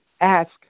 ask